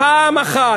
פעם אחת.